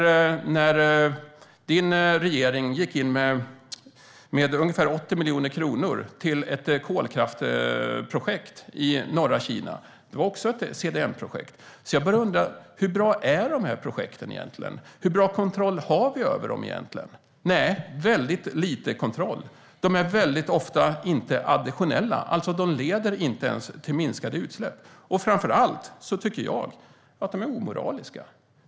Jag tänker också på att din regering gick in med ungefär 80 miljoner kronor till ett kolkraftsprojekt i norra Kina. Det var också ett CDM-projekt. Jag börjar undra: Hur bra är de här projekten egentligen? Hur bra kontroll har vi över dem? Vi har väldigt lite kontroll. De är ofta inte additionella; de leder alltså inte ens till minskade utsläpp. Framför allt tycker jag att de är omoraliska.